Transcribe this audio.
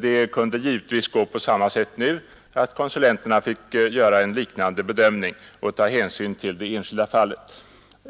Det kunde givetvis gå till på samma sätt nu, att konsulenterna fick göra en liknande bedömning och ta hänsyn till det enskilda fallet.